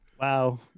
wow